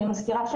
אני מזכירה,